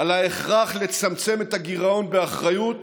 על ההכרח לצמצם את הגירעון באחריות,